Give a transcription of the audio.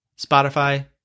Spotify